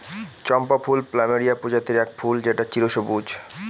চম্পা ফুল প্লুমেরিয়া প্রজাতির এক ফুল যেটা চিরসবুজ